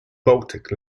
baltic